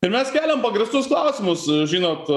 tai mes keliam pagrįstus klausimus žinot